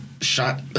shot